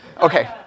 Okay